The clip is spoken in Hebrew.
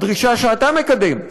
הדרישה שאתה מקדם,